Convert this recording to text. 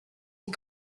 les